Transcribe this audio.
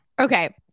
Okay